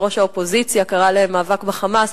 יושבת-ראש האופוזיציה קראה למאבק ב"חמאס".